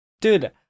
Dude